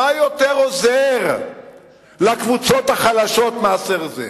מה יותר עוזר לקבוצות החלשות מאשר זה?